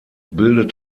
bildet